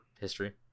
history